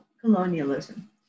colonialism